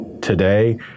today